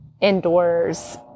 indoors